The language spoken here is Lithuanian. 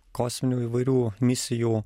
kosminių įvairių misijų